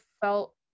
felt